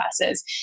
classes